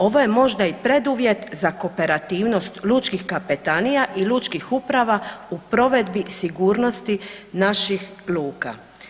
Ovo je možda i preduvjet za kooperativnost lučkih kapetanija i lučkih uprava u provedbi sigurnosti naših luka.